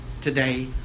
Today